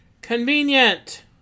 Convenient